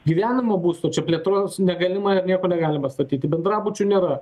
gyvenamų būstų čia plėtros negalima nieko negalima statyti bendrabučių nėra